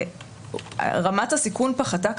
רמת הסיכון פחתה,